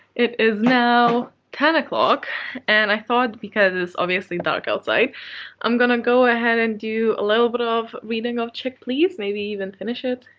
it is now ten o'clock and i thought because it's obviously dark outside i'm gonna go ahead and do a little bit of reading of check, please. maybe even finish it.